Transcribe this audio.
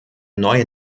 neue